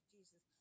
Jesus